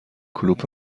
کلوپ